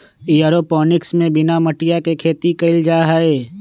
aeroponics में बिना मटिया के खेती कइल जाहई